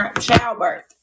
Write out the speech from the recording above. childbirth